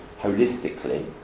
holistically